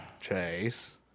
Chase